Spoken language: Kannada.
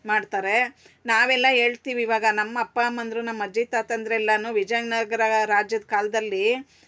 ಮಾಡ್ತಾರೆ ನಾವೆಲ್ಲ ಹೇಳ್ತಿವ್ ಇವಾಗ ನಮ್ಮ ಅಪ್ಪ ಅಮ್ಮಂದಿರು ನಮ್ಮ ಅಜ್ಜಿ ತಾತಂದ್ರು ಎಲ್ಲ ವಿಜಯನಗ್ರ ರಾಜ್ಯದ ಕಾಲದಲ್ಲಿ